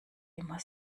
immer